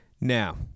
Now